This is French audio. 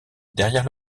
derrière